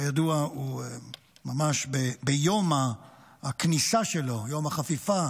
כידוע, ממש ביום הכניסה שלו, ביום החפיפה